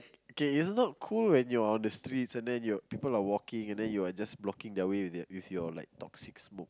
okay it's not cool when you are on streets and then you are people are walking and then you are just blocking their way with their with your like toxic smoke